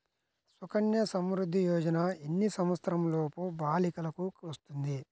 సుకన్య సంవృధ్ది యోజన ఎన్ని సంవత్సరంలోపు బాలికలకు వస్తుంది?